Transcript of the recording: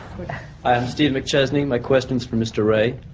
i'm steve mcchesnie and my question is for mr. rea.